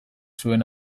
zuen